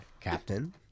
Captain